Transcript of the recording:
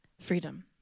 freedom